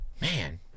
man